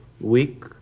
week